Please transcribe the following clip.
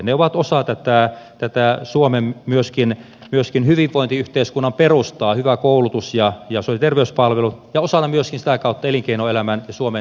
ne ovat myöskin osa tätä suomen hyvinvointiyhteiskunnan perustaa hyvä koulutus ja sosiaali ja terveyspalvelu ja osana myöskin sitä kautta elinkeinoelämän ja suomen menestystekijä